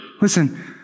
Listen